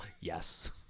Yes